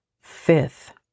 Fifth